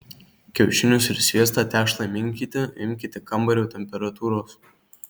kiaušinius ir sviestą tešlai minkyti imkite kambario temperatūros